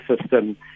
system